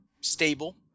stable